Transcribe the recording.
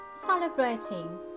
celebrating